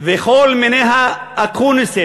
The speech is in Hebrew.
וכל מיני ה"אקוניסים"